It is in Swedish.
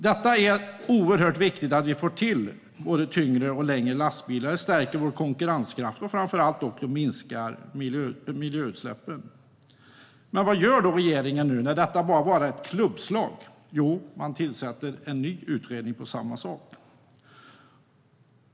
Det är oerhört viktigt att vi får både tyngre och längre lastbilar. Det stärker vår konkurrenskraft. Framför allt minskar det miljöutsläppen. Men vad gjorde regeringen när det bara handlade om ett klubbslag? Jo, man tillsatte en ny utredning om samma sak.